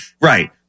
Right